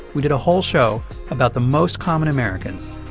we did a whole show about the most common american.